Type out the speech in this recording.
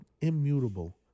Immutable